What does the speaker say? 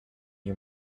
you